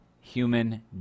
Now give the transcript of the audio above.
human